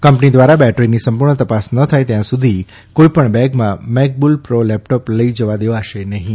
company દ્વારા બેટરીની સંપૂર્ણ તપાસ ન થાય ત્યાં સુદી કોઇપણ બેગમાં મેકબુક પ્રો લેપટોપ લઇ જવા દેવાશે નહીં